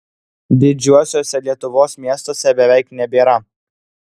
didžiuosiuose lietuvos miestuose beveik nebėra